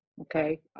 okay